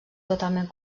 totalment